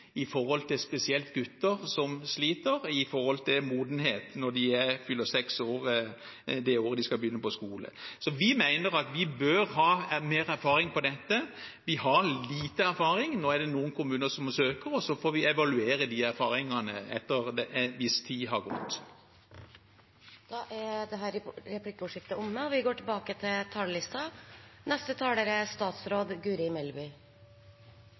spesielt gutter som sliter med hensyn til modenhet når de fyller seks år det året de skal begynne på skole. Så vi mener at vi bør ha mer erfaring på dette. Vi har lite erfaring. Nå er det noen kommuner som søker, og så får vi evaluere de erfaringene etter at det har gått en viss tid. Replikkordskiftet er omme. Med denne stortingsmeldingen presenterer regjeringen en politikk som vil bidra til